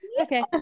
okay